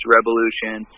Revolution